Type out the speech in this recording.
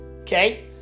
okay